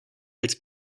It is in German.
als